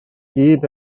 gyd